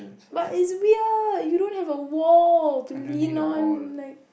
but is weird you don't have a wall to lean on like